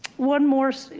one more,